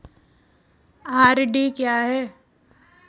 RD क्या है?